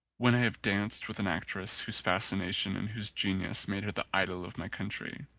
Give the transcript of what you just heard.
when i have danced with an actress whose fascination and whose geniu? made her the idol of my country,